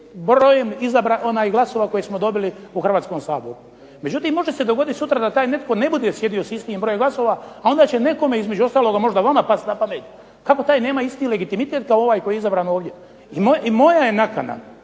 brojem glasova koje smo dobili u Hrvatskom saboru. međutim, može se dogoditi sutra da taj netko ne bude sjedio s istim brojem glasova a onda će nekome, između ostaloga vama pasti na pamet, kako taj nema isti legitimitet kao ovaj koji je izabran ovdje. I moja je nakana